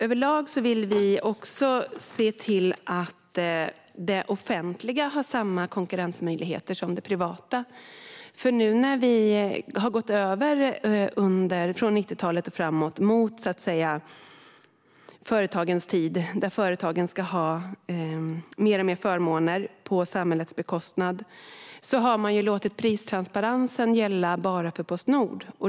Överlag vill vi också se till att det offentliga har samma konkurrensmöjligheter som det privata. Nu när vi från 90-talet och framåt har gått mot företagens tid, där företagen ska ha fler och fler förmåner på samhällets bekostnad, har man låtit pristransparensen enbart gälla Postnord.